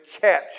catch